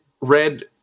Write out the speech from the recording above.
red